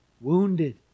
wounded